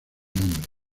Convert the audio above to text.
nombre